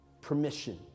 permission